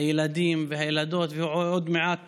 הילדים והילדות, ועוד מעט